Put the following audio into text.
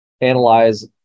analyze